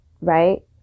right